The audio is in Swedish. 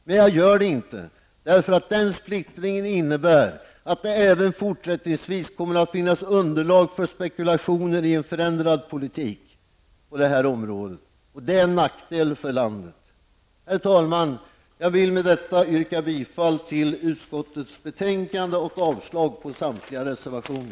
Men jag gör det inte därför att den splittringen innebär att det även fortsättningsvis kommer att finnas underlag för spekulationer i en förändrad politik på det här området. Det är en nackdel för landet. Herr talman! Jag vill med detta yrka bifall till utskottets hemställan och avslag på samtliga reservationer.